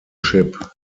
ship